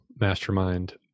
mastermind